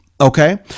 Okay